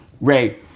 ray